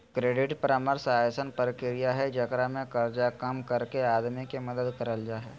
credit परामर्श अइसन प्रक्रिया हइ जेकरा में कर्जा कम करके आदमी के मदद करल जा हइ